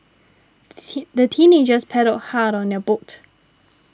the teenagers paddled hard on their boat